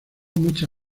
mucha